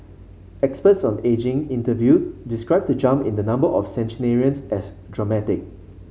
experts on ageing interviewed described the jump in the number of centenarians as dramatic